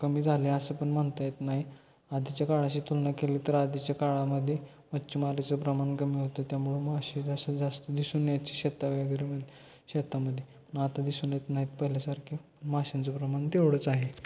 कमी झाले असं पण म्हणता येत नाही आधीच्या काळाशी तुलना केली तर आधीच्या काळामध्ये मच्छीमारीचं प्रमाण कमी होतं त्यामुळं मासे कसं जास्त दिसून यायची शेता वगैरे मध्ये शेतामध्ये आता दिसून येत नाहीत पहिल्यासारखे माशांचं प्रमाण तेवढंच आहे